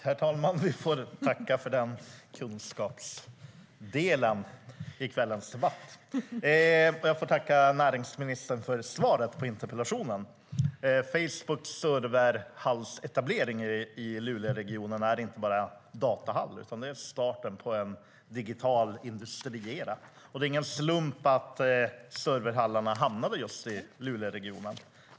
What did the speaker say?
Herr talman! Jag får tacka näringsministern för svaret på interpellationen. Facebooks serverhallsetablering i luleregionen är inte bara fråga om en datahall utan är starten på en digital industriera. Det är ingen slump att serverhallarna hamnade just i luleregionen.